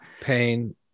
pain